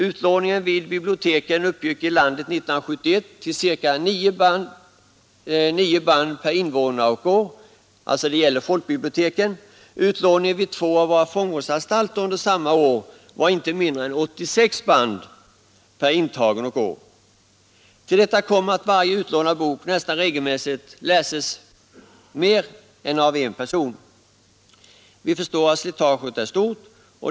Utlåningen vid folkbiblioteken uppgick i landet 1971 till cirka nio band per invånare och år. Utlåningen vid två av våra fångvårdsanstalter under samma år var inte mindre än 86 band per intagen och år. Till detta kommer att varje utlånad bok nästan regelmässigt läses av mer än en person. Vi förstår att slitaget är stort.